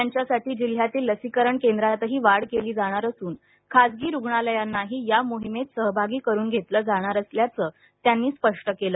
त्यांच्यासाठी जिल्ह्यातील लसीकरण केंद्रातही वाढ केली जाणार असून खासगी रुग्णालयांनाही या मोहिमेत सहभागी करून घेतलं जाणार असल्याचं त्यांनी स्पष्ट केलं